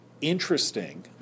interesting